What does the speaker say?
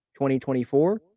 2024